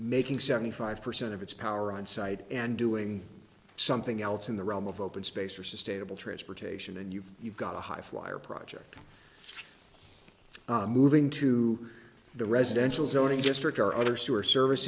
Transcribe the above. making seventy five percent of its power on site and doing something else in the realm of open space for sustainable transportation and you've you've got a high flyer project moving to the residential zoning district our other sewer service